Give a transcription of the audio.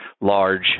large